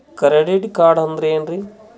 Credit card ಅಂದ್ರ ಏನ್ರೀ?